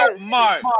Mark